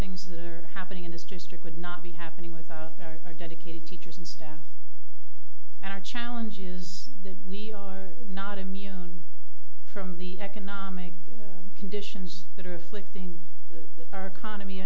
things that are happening in this district would not be happening without our dedicated teachers and staff and our challenge is that we are not immune from the economic conditions that are afflicting our economy